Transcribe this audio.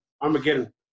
Armageddon